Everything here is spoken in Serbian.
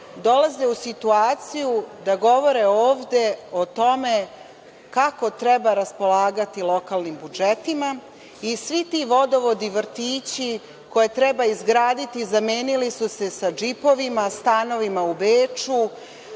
dolaze u situaciju da govore ovde o tome kako treba raspolagati lokalnim budžetima. Svi ti vodovodi i vrtići koje treba izgraditi zamenili su se sa džipovima, stanovima u Beču,